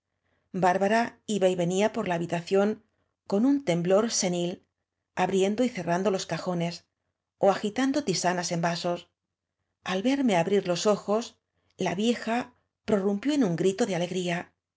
bárbara iba y veafa por la habita ción con un temblor senil abriendo y cerrando los cajoaes ó agitando tisanas en vasos al ver me abrir los ojos la tie a prorampió en un grito de alegría